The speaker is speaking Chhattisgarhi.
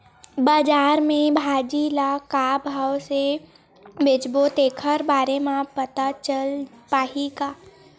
बजार में भाजी ल का भाव से बेचबो तेखर बारे में पता चल पाही का?